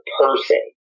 person